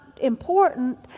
important